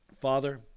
Father